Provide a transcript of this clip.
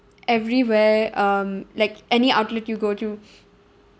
everywhere um like any outlet you go to